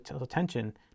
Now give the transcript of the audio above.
attention